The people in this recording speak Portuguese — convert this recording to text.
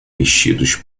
vestidos